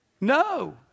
No